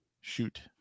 shoot